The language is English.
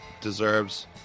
deserves